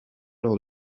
lors